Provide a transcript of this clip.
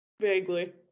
Vaguely